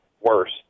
worse